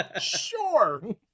sure